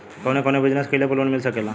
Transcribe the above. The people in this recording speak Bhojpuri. कवने कवने बिजनेस कइले पर लोन मिल सकेला?